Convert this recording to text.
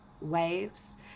waves